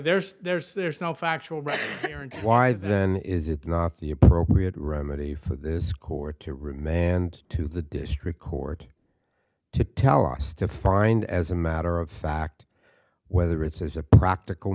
there's there's there's no factual record here and why then is it not the appropriate remedy for this court to remand to the district court to tell us to find as a matter of fact whether it's as a practical